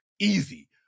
easy